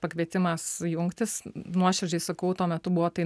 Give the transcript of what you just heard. pakvietimas jungtis nuoširdžiai sakau tuo metu buvo tai